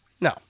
No